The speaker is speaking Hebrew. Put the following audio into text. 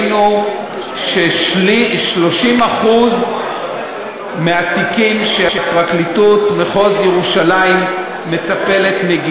ש-30% מהתיקים שפרקליטות מחוז ירושלים מטפלת בהם,